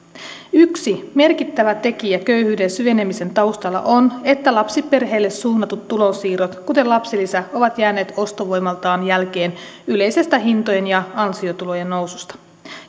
yksi merkittävä tekijä köyhyyden syvenemisen taustalla on että lapsiperheille suunnatut tulonsiirrot kuten lapsilisä ovat jääneet ostovoimaltaan jälkeen yleisestä hintojen ja ansiotulojen noususta